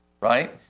Right